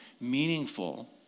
meaningful